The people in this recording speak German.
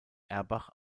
erbach